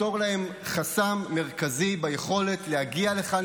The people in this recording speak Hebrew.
לפתור להם חסם מרכזי ביכולת להגיע לכאן,